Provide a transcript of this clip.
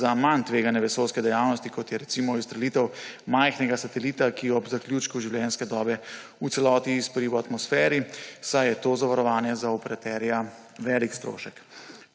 za manj tvegane vesoljske dejavnosti, kot je, recimo, izstrelitev majhnega satelita, ki ob zaključku življenjske dobe v celoti izpari v atmosferi, saj je to zavarovanje za operaterja velik strošek.